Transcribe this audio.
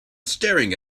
staring